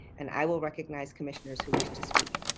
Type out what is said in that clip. and i will recognize commissioners who wish to speak.